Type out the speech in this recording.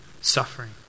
suffering